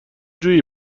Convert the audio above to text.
جویی